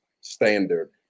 standard